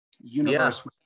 universe